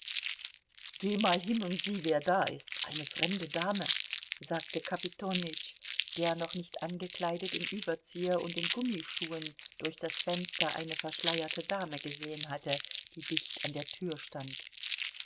geh mal hin und sieh wer da ist eine fremde dame sagte kapitonütsch der noch nicht angekleidet im überzieher und in gummischuhen durch das fenster eine verschleierte dame gesehen hatte die dicht an der tür stand